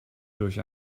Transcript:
durch